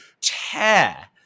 tear